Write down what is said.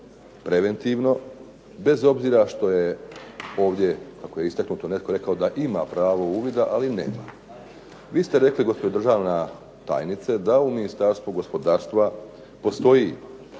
preventivno bez obzira što je ovdje kako je istaknuto netko rekao da ima pravo uvida, ali nema. Vi ste rekli gospođo državna tajnice da u Ministarstvu gospodarstva postoji